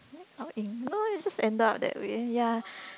Lao-Ying no it just ended up that way ya